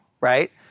right